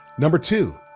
number two,